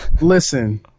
Listen